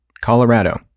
Colorado